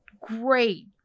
great